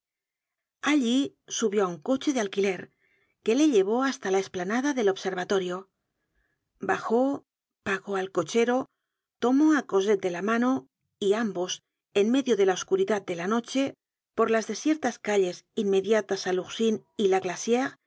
subió á un coche de alquiler que le llevó hasta la espía nada del observatorio bajó pagó al cochero tomó á cosette de la mano y ambos en medio de la oscuridad de la noche por las desiertas calles inmediatas al ourcine y la glaciere